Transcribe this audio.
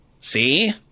See